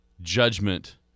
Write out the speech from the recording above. judgment